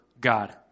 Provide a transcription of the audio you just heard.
God